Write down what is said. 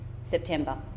September